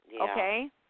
Okay